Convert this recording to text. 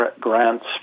grants